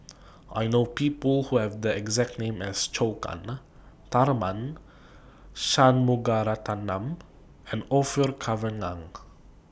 I know People Who Have The exact name as Zhou Can Tharman Shanmugaratnam and Orfeur Cavenagh